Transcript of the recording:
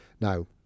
Now